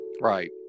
Right